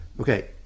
Okay